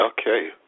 Okay